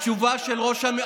התשובה של ראש הממשלה,